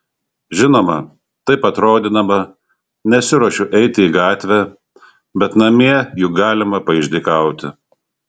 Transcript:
žinoma taip atrodydama nesiruošiu eiti į gatvę bet namie juk galima paišdykauti